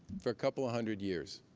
for a couple of hundred years.